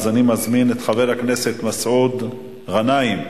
אז אני מזמין את חבר הכנסת מסעוד גנאים,